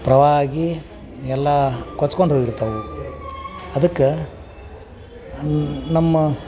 ಪ್ರವಾಹ ಆಗಿ ಎಲ್ಲ ಕೊಚ್ಕೊಂಡು ಹೋಗಿರ್ತವೆ ಅದಕ್ಕೆ ನಮ್ಮ